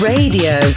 Radio